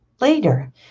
Later